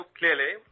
clearly